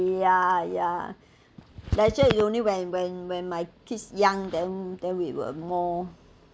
ya ya actually you only when when when my kids young them then we will have more